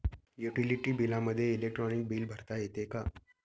Utility बिलामध्ये electronic bill भरता येते का?